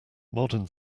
modern